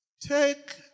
Take